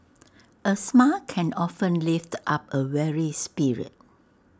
A smile can often lift up A weary spirit